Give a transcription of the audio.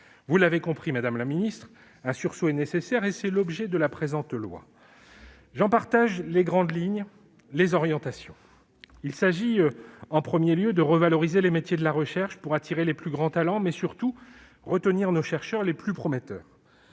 Vous l'avez compris, madame la ministre : un sursaut est nécessaire ; tel est l'objet du présent texte. J'en partage, dans les grandes lignes, les orientations. Il s'agit, en premier lieu, de revaloriser les métiers de la recherche, pour attirer les plus grands talents, mais surtout pour retenir nos chercheurs les plus prometteurs.